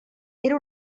era